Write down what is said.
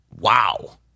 wow